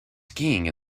skiing